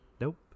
Nope